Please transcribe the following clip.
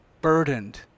burdened